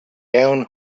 down